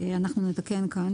אנחנו נתקן כאן